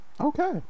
Okay